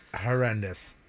horrendous